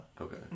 Okay